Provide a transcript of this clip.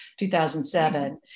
2007